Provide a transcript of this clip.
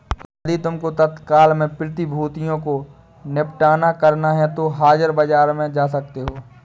यदि तुमको तत्काल में प्रतिभूतियों को निपटान करना है तो हाजिर बाजार में जा सकते हो